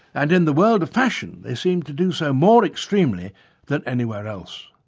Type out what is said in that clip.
and in the world of fashion they seem to do so more extremely than anywhere else.